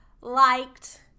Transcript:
liked